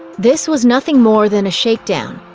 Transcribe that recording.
this was nothing more than a shakedown.